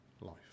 life